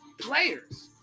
players